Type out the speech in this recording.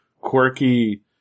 quirky